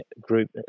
group